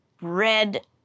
red